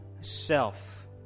self